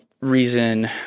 reason